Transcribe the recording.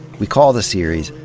we call the series,